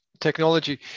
technology